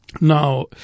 Now